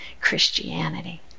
Christianity